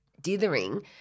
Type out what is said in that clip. dithering